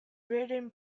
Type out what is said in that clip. written